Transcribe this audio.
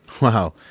Wow